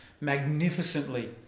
magnificently